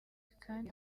kandi